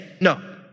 No